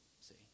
see